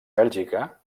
bèlgica